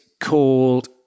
called